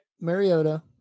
Mariota